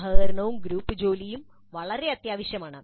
സഹകരണവും ഗ്രൂപ്പ് ജോലിയും വളരെ അത്യാവശ്യമാണ്